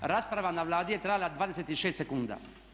Rasprava na Vladi je trajala 26 sekunda.